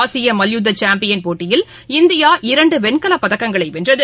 ஆசியமல்யுத்தசாம்பியன் போட்டியில் இந்தியா இரண்டுவெண்கலப்பதக்கங்களைவென்றது